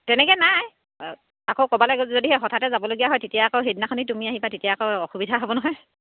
তেনেকৈ নাই আকৌ ক'বলৈ যদিহে হঠাতে যাবলগীয়া হয় তেতিয়া আকৌ সেইদিনাখনি তুমি আহিবা তেতিয়া আকৌ অসুবিধা হ'ব নহয়